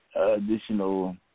additional